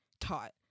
taught